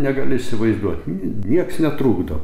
negaliu įsivaizduot nieks netrukdo